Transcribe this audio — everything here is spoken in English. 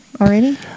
already